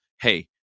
hey